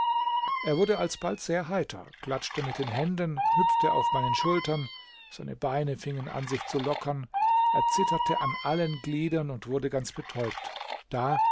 er wurde alsbald sehr heiter klatschte mit den händen hüpfte auf meinen schultern seine beine fingen an sich zu lockern er zitterte an allen gliedern und wurde ganz betäubt da